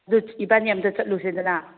ꯑꯗꯨ ꯏꯕꯥꯅꯤ ꯑꯝꯇ ꯆꯠꯂꯨꯁꯤꯗꯅ